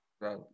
Right